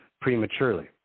prematurely